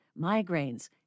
migraines